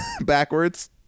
backwards